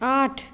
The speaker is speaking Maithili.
आठ